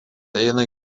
eina